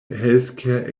healthcare